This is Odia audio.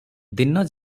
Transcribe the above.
ଦିନ